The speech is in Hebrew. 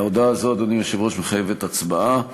ההודעה הזאת, אדוני היושב-ראש, מחייבת הצבעה.